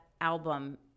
album